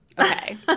Okay